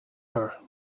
her